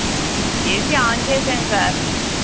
AC on చేసాను sir